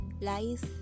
life